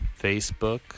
Facebook